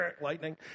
lightning